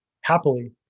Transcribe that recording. happily